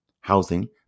housing